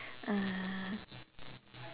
uh